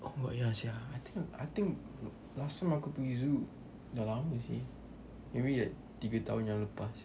oh ya sia I think I think last time aku pergi zoo dah lama seh maybe like tiga tahun yang lepas